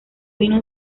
vino